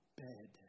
bed